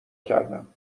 کردم